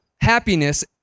happiness